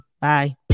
Bye